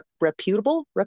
reputable